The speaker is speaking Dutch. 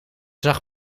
zag